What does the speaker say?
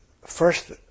first